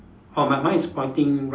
orh but mine is pointing right